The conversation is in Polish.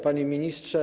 Panie Ministrze!